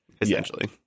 essentially